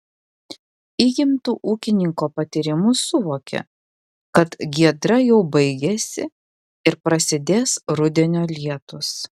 įgimtu ūkininko patyrimu suvokė kad giedra jau baigiasi ir prasidės rudenio lietūs